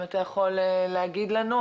אם אתה יכול להגיד לנו.